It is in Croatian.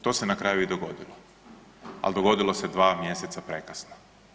To se na kraju i dogodilo, al dogodilo se dva mjeseca prekasno.